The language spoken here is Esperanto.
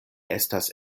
estas